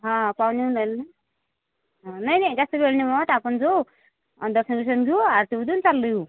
हं पावने यून रायले ना हं नय नय जास्त वेळ नय ओतं आपन जाऊ अन् दर्शन बिर्शन घ्यू आरती हूदे चाललं यू